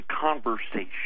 conversation